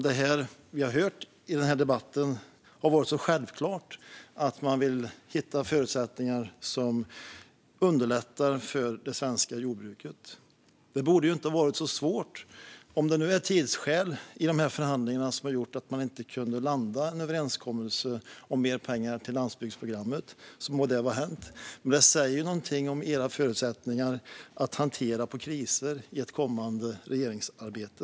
Det vi har hört i den här debatten har varit självklart - man vill hitta förutsättningar som underlättar för det svenska jordbruket. Det borde inte ha varit så svårt att prioritera detta. Om det är tidsbrist i förhandlingarna som har gjort att man inte kunnat landa i en överenskommelse om mer pengar till landsbygdsprogrammet må det vara hänt. Men det säger någonting om era förutsättningar att hantera kriser i ett kommande regeringsarbete.